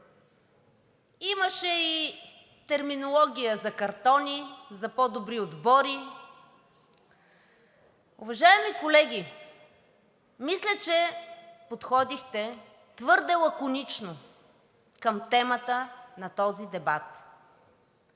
Имаше и терминология за картони, за по-добри отбори. Уважаеми колеги, мисля, че подходихте твърде лаконично към темата на този дебат.